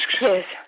Yes